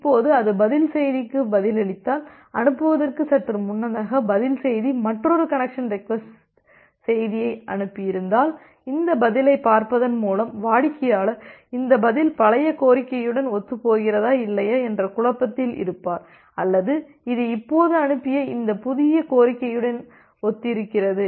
இப்போது அது பதில் செய்திக்கு பதிலளித்தால் அனுப்புவதற்கு சற்று முன்னதாக பதில் செய்தி மற்றொரு கனெக்சன் ரெக்வஸ்ட்டை அனுப்பியிருந்தால் இந்த பதிலைப் பார்ப்பதன் மூலம் வாடிக்கையாளர் இந்த பதில் பழைய கோரிக்கையுடன் ஒத்துப்போகிறதா இல்லையா என்ற குழப்பத்தில் இருப்பார் அல்லது இது இப்போது அனுப்பிய இந்த புதிய கோரிக்கையுடன் ஒத்திருக்கிறது